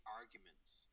arguments